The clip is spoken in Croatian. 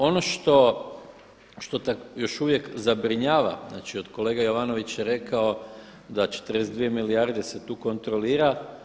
Ono što još uvijek zabrinjava, znači kolega Jovanović je rekao da 42 milijarde se tu kontrolira.